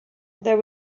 there